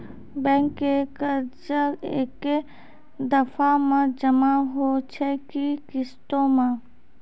Bank के कर्जा ऐकै दफ़ा मे जमा होय छै कि किस्तो मे?